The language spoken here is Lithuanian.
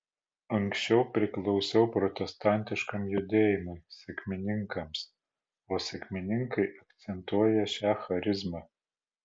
anksčiau priklausiau protestantiškam judėjimui sekmininkams o sekmininkai akcentuoja šią charizmą